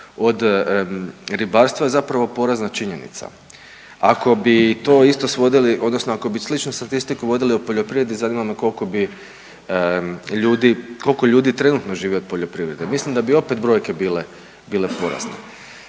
od ribarstva je zapravo porazna činjenica. Ako bi to isto svodili odnosno ako bi sličnu statistiku vodili o poljoprivredi zanima me koliko bi ljudi koliko ljudi trenutno žive od poljoprivrede, mislim da bi opet brojke bile porazne.